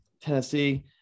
Tennessee